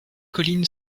collines